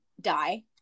die